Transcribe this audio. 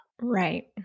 Right